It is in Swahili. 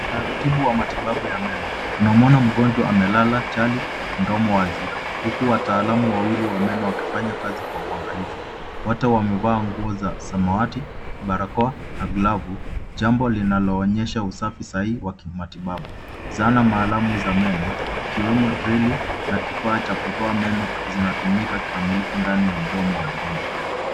Utaratibu wa matibabu ya meno. Tunamwona mgonjwa amelala chali mdomo wazi huku wataalamu wawili wa meno wakifanya kazi kwa uangalifu. Wote wamevaa nguo za samawati, barakoa na glavu jambo linaloonyesha usafi sahihi wa kimatibabu. Zana na alama za meno ikiwemo drili na kifaa cha kutoa meno zinatumika kikamilifu ndani ya mdomo wa mgonjwa.